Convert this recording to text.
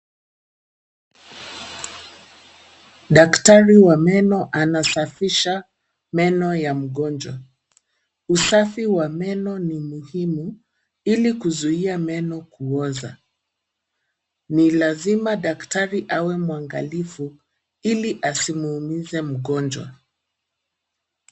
Daktari wa meno anasafisha meno ya mgonjwa. Uasi wa meno ni muhimu ili kuzia meno kuoza. Ni lazima daktari awe mwangalifu ili asimuumize mgonjwa.